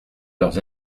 leurs